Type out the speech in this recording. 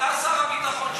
אתה שר הביטחון שלנו,